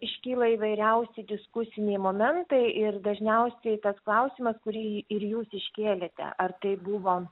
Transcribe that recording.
iškyla įvairiausi diskusiniai momentai ir dažniausiai tas klausimas kurį ir jūs iškėlėte ar tai buvo